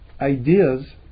ideas